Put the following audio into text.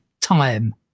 time